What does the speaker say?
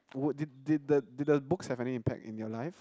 would did did the did the books have any impact in your life